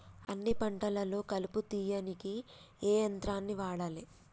అన్ని పంటలలో కలుపు తీయనీకి ఏ యంత్రాన్ని వాడాలే?